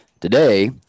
Today